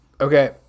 Okay